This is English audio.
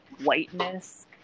whiteness